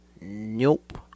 nope